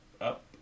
up